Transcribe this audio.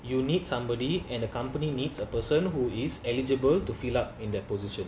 you need somebody and the company needs a person who is eligible to fill up in that position